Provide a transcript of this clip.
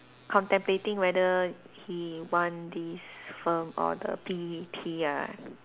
contemplating whether he want this firm or the B_P ah